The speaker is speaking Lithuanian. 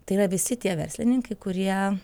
tai yra visi tie verslininkai kurie